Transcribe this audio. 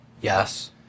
Yes